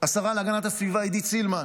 השרה להגנת הסביבה עידית סילמן,